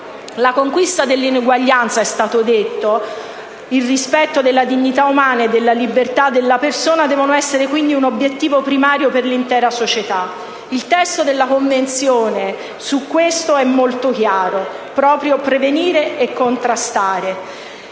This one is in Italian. La conquista dell'uguaglianza - è stato detto - ed il rispetto della dignità umana e della libertà della persona devono essere, quindi, obiettivi primari per l'intera società. Il testo della Convenzione su questo è molto chiaro, parlando proprio di prevenzione e contrasto.